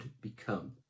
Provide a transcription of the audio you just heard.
become